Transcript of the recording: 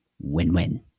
Win-win